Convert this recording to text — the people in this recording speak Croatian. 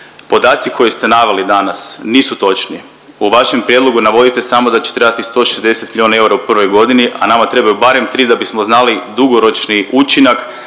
Podaci koje ste naveli danas nisu točni. U vašem prijedlogu navodite samo da će trebati 160 milijona eura u prvoj godini, a nama trebaju barem tri da bismo znali dugoročni učinak